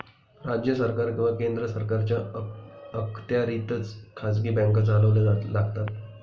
राज्य सरकार किंवा केंद्र सरकारच्या अखत्यारीतच खाजगी बँका चालवाव्या लागतात